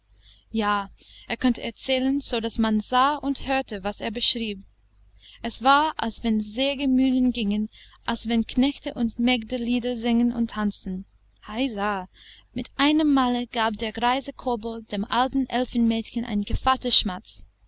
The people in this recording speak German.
ja er konnte erzählen sodaß man sah und hörte was er beschrieb es war als wenn sägemühlen gingen als wenn knechte und mägde lieder sängen und tanzten heisa mit einemmale gab der greise kobold dem alten elfenmädchen einen gevatterschmatz